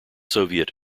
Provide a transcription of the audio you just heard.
soviet